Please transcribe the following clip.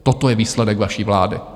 Toto je výsledek vaší vlády.